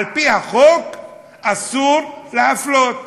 על-פי החוק אסור להפלות,